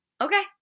Okay